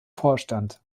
vorstand